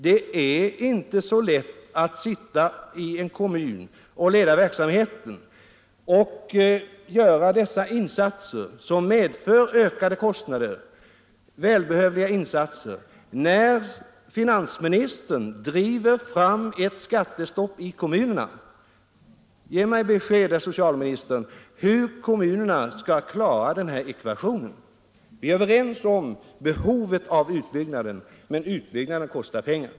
Det är inte så lätt att i en kommun leda verksamheten och göra dessa välbehövliga insatser, som medför ökade kostnader, när finansministern driver fram ett skattestopp i kommunerna. Ge mig besked, herr socialminister, hur kommunerna skall klara den här ekvationen! Vi är överens om behovet av utbyggnaden, men utbyggnaden kostar pengar.